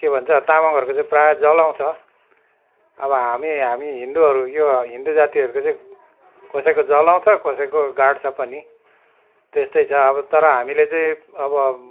के भन्छ तामाङहरूको चाहिँ प्रायः जलाउँछ अब हामी हामी हिन्दूहरू यो हिन्दू जातिहरूको चाहिँ कसैको जलाउँछ कसैको गाड्छ पनि त्यस्तै छ अब तर हामीले चाहिँ अब